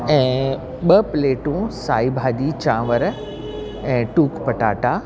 ऐं ॿ प्लेटूं साई भाॼी चांवर ऐं टूक पटाटा